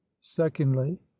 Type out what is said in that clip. secondly